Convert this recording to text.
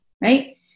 right